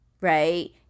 right